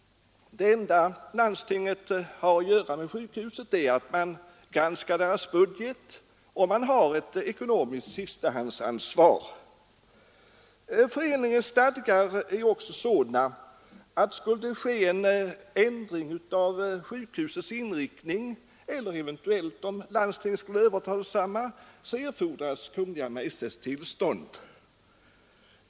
Det enda landstinget har att göra med sjukhuset är att man granskar dess budget och har ett ekonomiskt sistahandsansvar. Föreningens stadgar är också sådana att om det skall ske en ändring av sjukhusets inriktning eller om landstinget eventuellt skall överta detsamma, erfordras först Kungl. Maj:ts tillstånd.